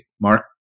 Mark